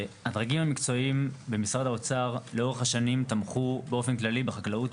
הדרגים המקצועיים במשרד האוצר לאורך השנים תמכו באופן כללי בחקלאות,